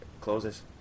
closes